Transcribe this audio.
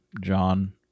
John